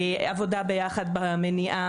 עבודה ביחד במניעה,